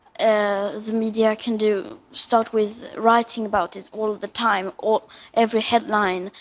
ah the media can do start with writing about it all the time, or every headline,